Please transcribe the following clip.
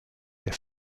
der